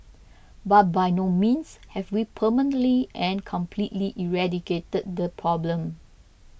but by no means have we permanently and completely eradicated the problem